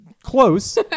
close